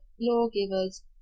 lawgivers